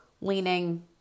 leaning